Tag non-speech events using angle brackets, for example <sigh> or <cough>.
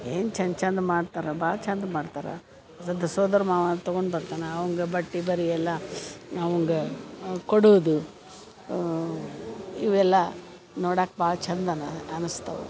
ಏನು ಚಂದ ಚಂದ ಮಾಡ್ತಾರೆ ಭಾಳ ಚಂದ ಮಾಡ್ತಾರೆ <unintelligible> ಸೋದ್ರ ಮಾವ ತಗೊಂಡು ಬರ್ತಾನೆ ಅವಂಗೆ ಬಟ್ಟೆ ಬರೆ ಎಲ್ಲ ಅವಂಗೆ ಕೊಡೋದು ಇವೆಲ್ಲ ನೋಡಕ್ಕ ಭಾಳ ಚಂದ ಅನ ಅನಿಸ್ತಾವು